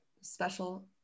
special